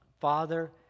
father